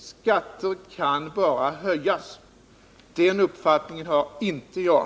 Skatter kan bara höjas. Den uppfattningen har inte jag.